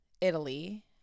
Italy